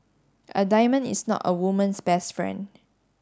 a diamond is not a woman's best friend